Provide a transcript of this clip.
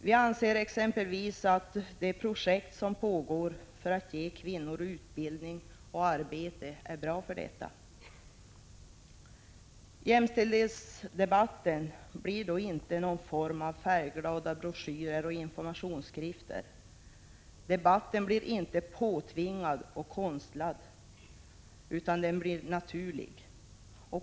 Vi anser exempelvis att de projekt som pågår för att ge kvinnor utbildning och arbete är bra när det gäller att uppnå jämställdhet. Jämställdhetsdebatten blir då inte någon form av färgglada broschyrer och informationsskrifter. Debatten blir inte påtvingad och konstlad utan den blir naturlig.